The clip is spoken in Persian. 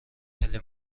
خیلی